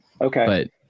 okay